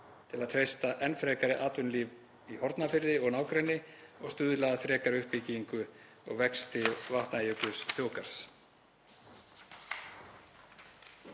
til að treysta enn frekar atvinnulíf í Hornafirði og nágrenni og stuðla að frekari uppbyggingu og vexti Vatnajökulsþjóðgarðs.